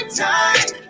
time